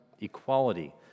equality